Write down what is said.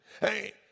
Hey